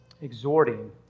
exhorting